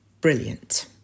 brilliant